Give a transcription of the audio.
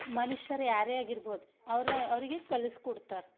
ಮನುಷ್ಯರು ಯಾರೇ ಆಗಿರ್ಬೋದು ಅವರ ಅವರಿಗೆ ಕಲಿಸ್ಕುಡ್ತರ